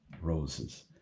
roses